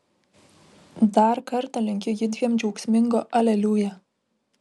dar kartą linkiu judviem džiaugsmingo aleliuja